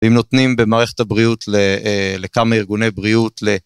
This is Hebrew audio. אם נותנים במערכת הבריאות לכמה ארגוני בריאות ל...